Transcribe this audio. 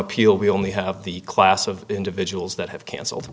appeal we only have the class of individuals that have canceled